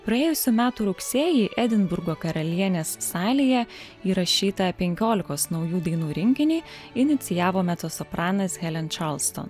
praėjusių metų rugsėjį edinburgo karalienės salėje įrašyta penkiolikos naujų dainų rinkinį inicijavo mecosopranas helen čarlston